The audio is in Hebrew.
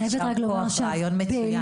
ישר כוח, רעיון מצוין.